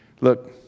Look